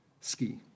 Ski